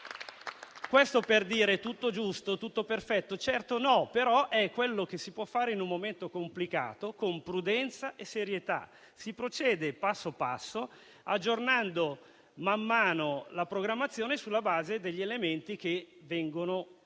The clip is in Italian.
non è tutto giusto e perfetto, ma è quello che si può fare in un momento complicato, con prudenza e serietà. Si procede passo dopo passo, aggiornando man mano la programmazione sulla base degli elementi che vengono ad